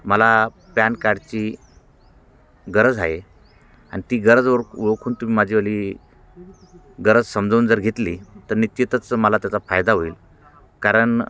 मला पॅन कार्डची गरज आहे आणि ती गरज ओळख ओळखून तुम्ही माझीवाली गरज समजवून जर घेतली तर निश्चितच मला त्याचा फायदा होईल कारण